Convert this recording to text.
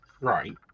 right